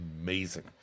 amazing